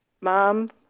Mom